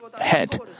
head